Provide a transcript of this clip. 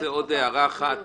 אני רוצה עוד הערה אחת.